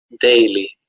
Daily